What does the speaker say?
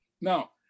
Now